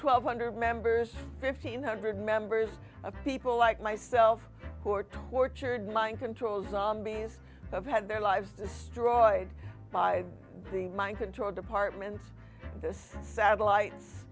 twelve hundred members fifteen hundred members of people like myself who are tortured mind control zombies have had their lives destroyed by the mind control department this satellites